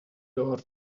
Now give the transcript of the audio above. door